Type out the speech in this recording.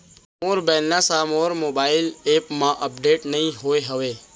मोर balance हा मोर mobile app मा अपडेट नहीं होय हवे